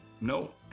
no